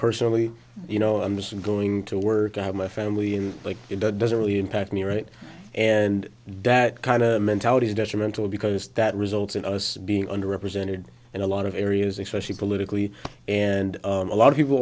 personally you know i'm just going to work on my family and like it doesn't really impact me right and that kind of mentality is detrimental because that results in us be under represented in a lot of areas especially politically and a lot of people